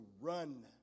run